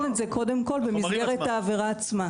אמרתי שצריך לבחון את זה קודם כל במסגרת העבירה עצמה.